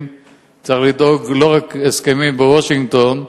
צריך לדאוג לא רק להסכמים בוושינגטון,